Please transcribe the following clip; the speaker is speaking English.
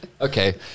Okay